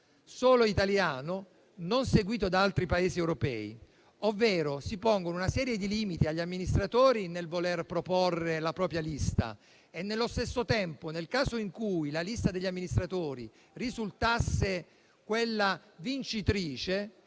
solo italiano, non seguito da altri Paesi europei, ovvero si pongono una serie di limiti agli amministratori nel voler proporre la propria lista e nello stesso tempo, nel caso in cui la lista degli amministratori risultasse quella vincitrice,